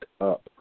up